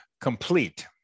complete